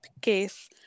case